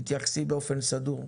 אסנת, תתייחסי באופן סדור.